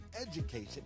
education